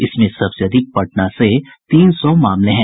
इसमें सबसे अधिक पटना से तीन सौ मामले हैं